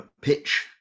pitch